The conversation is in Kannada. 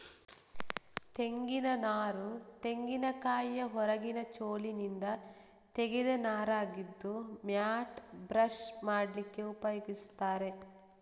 ತೆಂಗಿನ ನಾರು ತೆಂಗಿನಕಾಯಿಯ ಹೊರಗಿನ ಚೋಲಿನಿಂದ ತೆಗೆದ ನಾರಾಗಿದ್ದು ಮ್ಯಾಟ್, ಬ್ರಷ್ ಮಾಡ್ಲಿಕ್ಕೆ ಉಪಯೋಗಿಸ್ತಾರೆ